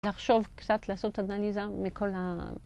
נחשוב קצת לעשות אנליזה מכל ה...